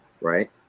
Right